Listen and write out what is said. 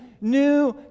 New